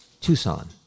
Tucson